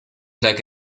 like